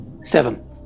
Seven